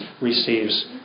receives